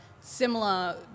similar